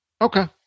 Okay